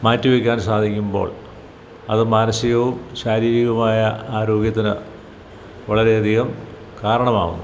മാറ്റി വയ്ക്കാനും സാധിക്കുമ്പോൾ അത് മാനസികവും ശാരീരികവുമായ ആരോഗ്യത്തിന് വളരെയധികം കാരണമാവുന്നുണ്ട്